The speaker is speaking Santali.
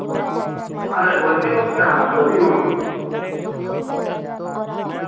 ᱟᱨ ᱵᱟᱸᱫᱤ ᱦᱚᱸ ᱦᱮᱱᱟᱜᱼᱟ ᱵᱟᱸᱫᱤ ᱦᱩᱲᱩ